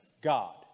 God